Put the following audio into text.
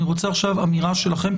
אני רוצה עכשיו אמירה שלכם,